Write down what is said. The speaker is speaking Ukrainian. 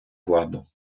владу